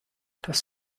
das